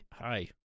Hi